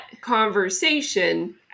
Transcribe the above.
conversation